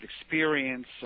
experience